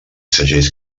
segells